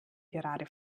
gerade